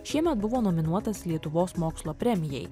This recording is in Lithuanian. šiemet buvo nominuotas lietuvos mokslo premijai